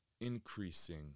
increasing